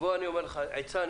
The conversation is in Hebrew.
עצה.